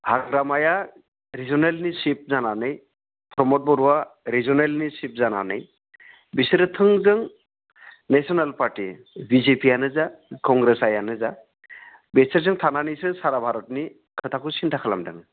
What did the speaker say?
हाग्रामाया रिजोनेलनि चिफ जानानै प्रमद बर'आ रिजोनेलनि चिफ जानानै बिसोरो थोंजों नेसनेल पार्टि बिजेपियानो जा कंग्रेसआनो जा बिसोरजों थांनानैसो सारा भारतनि खोथाखौ सिन्ता खालामदों